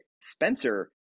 Spencer